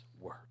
word